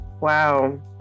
Wow